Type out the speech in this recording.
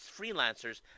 freelancers